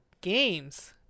games